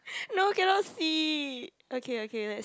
no cannot see okay okay lets